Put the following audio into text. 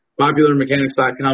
popularmechanics.com